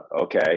okay